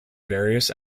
various